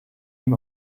ihm